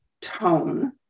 tone